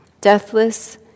Deathless